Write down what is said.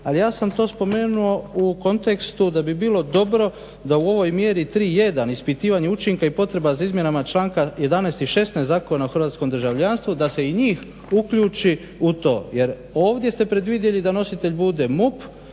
Ali ja sam to spomenuo u kontekstu da bi bilo dobro da u ovoj mjeri tri jedan ispitivanje učinka i potreba za izmjenama članak 11.i 16. Zakona o hrvatskom državljanstvu da se i njih uključi u to jer ovdje ste predvidjeli da nositelj bude MUP